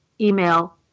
email